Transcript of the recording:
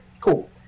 Cool